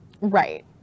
Right